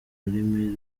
rurimi